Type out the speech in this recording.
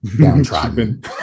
downtrodden